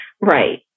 Right